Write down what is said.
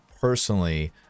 personally